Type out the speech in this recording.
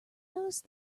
notice